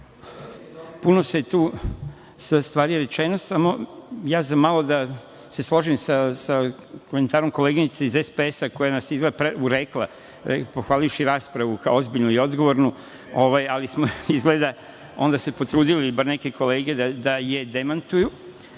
je tu stvari rečeno. Zamalo da se složim sa komentarom koleginice iz SPS koja nas je izgleda urekla pohvalivši raspravu kao ozbiljnu i odgovornu, ali smo se izgleda onda potrudili, bar neke kolege, da je demantuju,